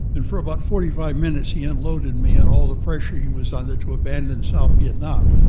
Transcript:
and for about forty five minutes he unloaded me on all the pressure he was under to abandon south vietnam.